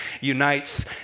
unites